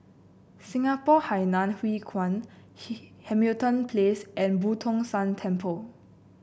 Singapore Hainan Hwee Kuan Hamilton Place and Boo Tong San Temple